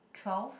twelve